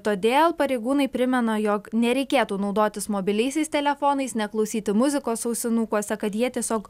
todėl pareigūnai primena jog nereikėtų naudotis mobiliaisiais telefonais neklausyti muzikos ausinukuose kad jie tiesiog